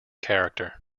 character